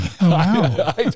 Wow